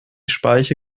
speiche